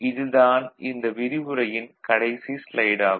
இது தான் இந்த விரிவுரையின் கடைசி ஸ்லைடு ஆகும்